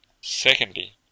Secondly